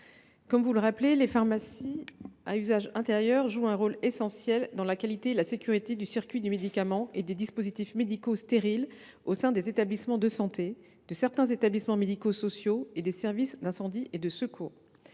Comme vous le rappelez, les pharmacies à usage intérieur jouent un rôle essentiel dans la qualité et la sécurité du circuit du médicament et des dispositifs médicaux stériles au sein des établissements de santé, de certains établissements médico sociaux et des services d’incendie et de secours.